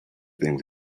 things